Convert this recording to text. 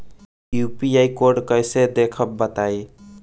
UPI code कैसे देखब बताई?